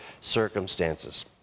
circumstances